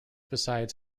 besides